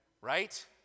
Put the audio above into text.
Right